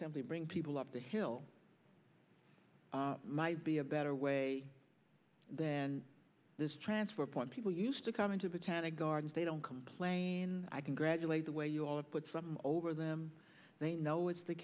simply bring people up the hill might be a better way then this transfer point people used to come into botanic gardens they don't complain i congratulate the way you all have put some over them they know it's the